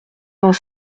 vingt